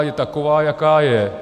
Je taková, jaká je.